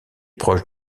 proche